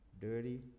dirty